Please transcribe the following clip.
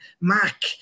Mac